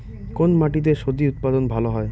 কোন মাটিতে স্বজি উৎপাদন ভালো হয়?